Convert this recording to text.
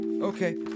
okay